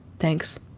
thanks,